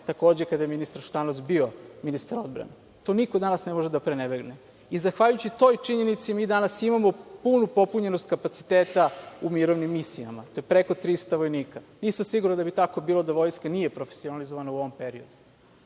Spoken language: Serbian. takođe, kada je ministar Šutanovac bio ministar odbrane. To niko danas ne može da prenebregne. Zahvaljujući toj činjenici, mi danas imamo punu popunjenost kapaciteta u mirovnim misijama. To je preko 300 vojnika. Nisam siguran da bi tako bilo da Vojska nije profesionalizovana u ovom periodu. Šta